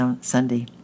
Sunday